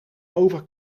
over